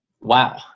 Wow